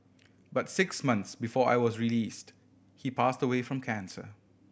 but six months before I was released he passed away from cancer